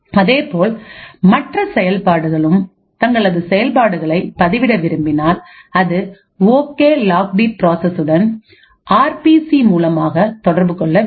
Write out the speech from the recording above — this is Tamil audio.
அதேபோல் மற்ற செயல்பாடுகளும் தங்களது செயல்பாடுகளை பதிவிட விரும்பினால் அது ஓகே லாக் டி பார்சஸ் உடன் ஆர் பி சி மூலமாக தொடர்பு கொள்ள வேண்டும்